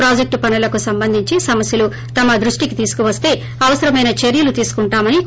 project పనులకు సంబంధించి సమస్యలు తమ దృష్లికి తీసుకువస్తే అవసరమైన చర్యలు తీసుకుంటామని తెలిపారు